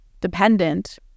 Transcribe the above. dependent